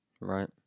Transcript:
right